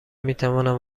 میتوانم